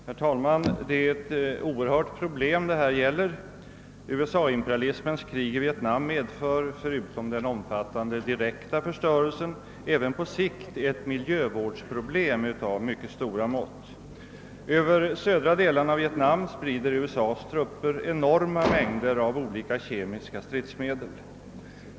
Herr talman! Det är ett oerhört problem det här gäller: USA-imperialismens krig i Vietnam medför, förutom den omfattande direkta förstörelsen, på sikt även ett miljövårdsproblem . av mycket stora mått. Över södra delarna av Vietnam sprider USA:s trupper enorma mängder av olika kemiska stridsmedel.